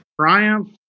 triumph